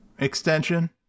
extension